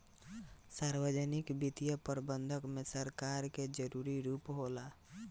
सार्वजनिक वित्तीय प्रबंधन में सरकार के जरूरी रूप होला